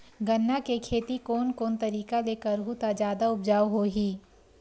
गन्ना के खेती कोन कोन तरीका ले करहु त जादा उपजाऊ होही?